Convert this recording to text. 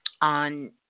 on